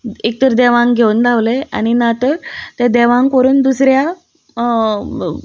एक तर देवांक घेवन धांवले आनी ना तर ते देवांक व्हरून दुसऱ्या